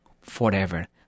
forever